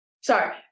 Sorry